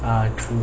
ah true